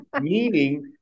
Meaning